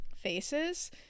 faces